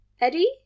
eddie